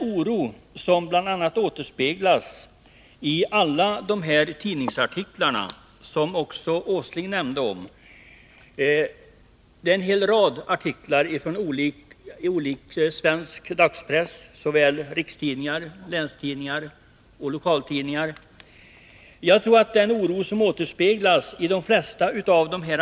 Oron återspeglas bl.a. i en hel rad artiklar ur svensk dagspress, såväl rikstidningar som länsoch lokaltidningar — något som också Nils Åsling nämnde.